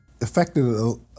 affected